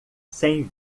cem